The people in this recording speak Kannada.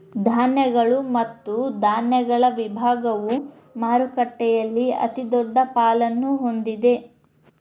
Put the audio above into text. ಧಾನ್ಯಗಳು ಮತ್ತು ಧಾನ್ಯಗಳ ವಿಭಾಗವು ಮಾರುಕಟ್ಟೆಯಲ್ಲಿ ಅತಿದೊಡ್ಡ ಪಾಲನ್ನು ಹೊಂದಿದೆ